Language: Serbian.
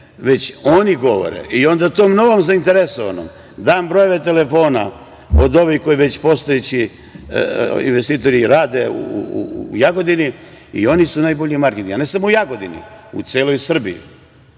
već oni govore. Onda tom novom zainteresovanom dam brojeve telefona od ovih koji već postojeći investitori rade u Jagodini i oni su najbolji marketing. Ne, samo u Jagodini, nego u